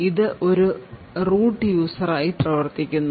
ഇത് ഒരു root user ആയി പ്രവർത്തിക്കുന്നു